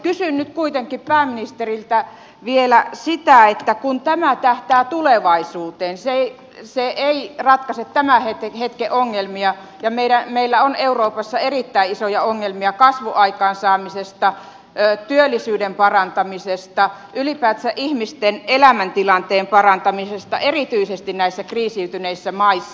kysyn nyt kuitenkin pääministeriltä vielä sitä kun tämä tähtää tulevaisuuteen se ei ratkaise tämän hetken ongelmia ja meillä on euroopassa erittäin isoja ongelmia kasvun aikaansaamisesta työllisyyden parantamisesta ylipäätänsä ihmisten elämäntilanteen parantamisesta erityisesti näissä kriisiytyneissä maissa